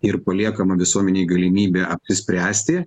ir paliekama visuomenei galimybė apsispręsti